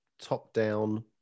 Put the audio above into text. top-down